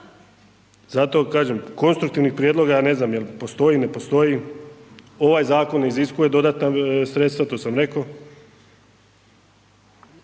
Zato kažem, konstruktivnih prijedloga ja ne znam jel postoji, ne postoji, ovaj zakon iziskuje dodatna sredstva, to sam rekao